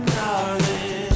darling